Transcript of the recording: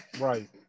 Right